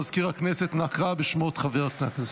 מזכיר הכנסת, נא קרא בשמות חברי הכנסת.